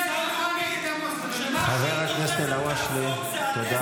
--- חבר הכנסת אלהואשלה, תודה.